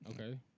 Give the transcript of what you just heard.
Okay